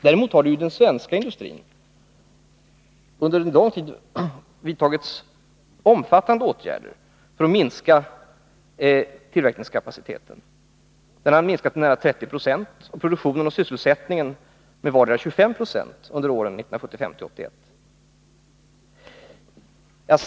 Däremot har den svenska industrin under lång tid vidtagit omfattande åtgärder för att minska tillverkningskapaciteten. Den har minskat med nära 30 26 — och produktionen och sysselsättningen med vardera 25 90 — under åren 1975-1981.